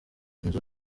inzu